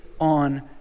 on